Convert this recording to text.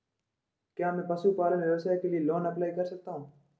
क्या मैं पशुपालन व्यवसाय के लिए लोंन अप्लाई कर सकता हूं?